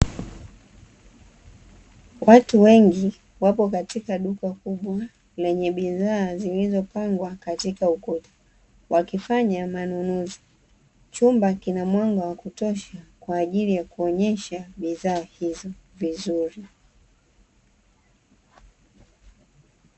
Watu wengi wapo katika duka kubwa lenye bidhaa zilizopangwa katika ukuta, wakifanya manunuzi, chumba kina mwanga wa kutosha kwa ajili ya kuonyesha bidhaa hizo vizuri.